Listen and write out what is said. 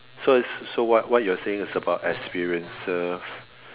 so is so what what you're saying is about experiences